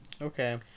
Okay